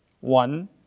One